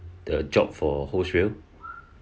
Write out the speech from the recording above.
the job for wholesale